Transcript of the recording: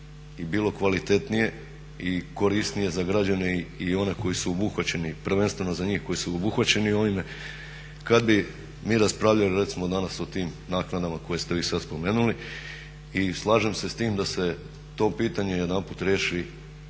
i bilo kvalitetnije i korisnije za građane i one koji su obuhvaćeni, prvenstveno za njih koji su obuhvaćeni ovime kad bi recimo mi raspravljali danas o tim naknadama koje ste vi sad spomenuli. I slažem se s tim da se to pitanje jedanput riješi